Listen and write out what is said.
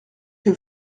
que